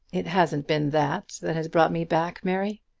it hasn't been that that has brought me back, mary.